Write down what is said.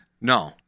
no